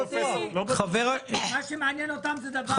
מה שמעניין אותם זה דבר מאוד מוגדר.